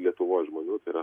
lietuvoj žmonių tai yra